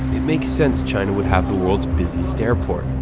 it makes sense china would have the world's busiest airport,